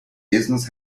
business